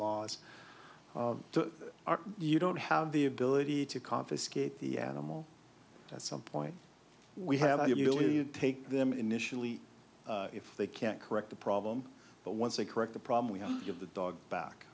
laws to our you don't have the ability to confiscate the animal at some point we have the ability to take them initially if they can't correct the problem but once they correct the problem we have to give the dog back